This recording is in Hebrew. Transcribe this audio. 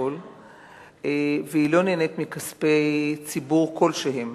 והיא לא נהנית מכספי ציבור כלשהם.